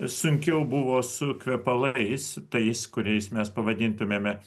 sunkiau buvo su kvepalais tais kuriais mes pavadintumėme